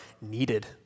needed